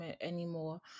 anymore